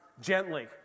Gently